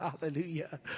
Hallelujah